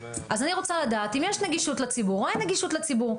אז אני רוצה לדעת אם יש נגישות לציבור או אין נגישות לציבור.